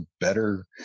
better